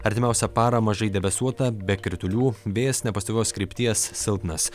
artimiausią parą mažai debesuota be kritulių vėjas nepastovios krypties silpnas